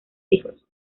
hijos